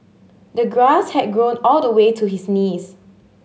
the grass had grown all the way to his knees